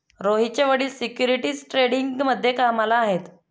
रोहितचे वडील सिक्युरिटीज ट्रेडिंगमध्ये कामाला आहेत